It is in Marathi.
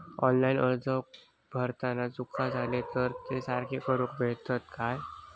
ऑनलाइन अर्ज भरताना चुका जाले तर ते सारके करुक मेळतत काय?